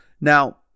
Now